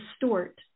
distort